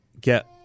get—